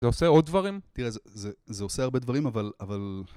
זה עושה עוד דברים? תראה, זה עושה הרבה דברים, אבל...